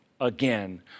again